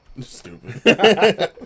Stupid